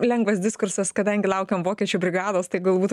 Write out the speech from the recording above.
lengvas diskursas kadangi laukiam vokiečių brigados tai galbūt